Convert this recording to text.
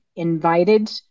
invited